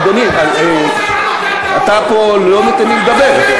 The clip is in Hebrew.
אדוני, אתה פה לא נותן לי לדבר.